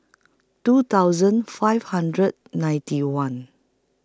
two thousand five hundred ninety one